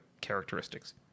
characteristics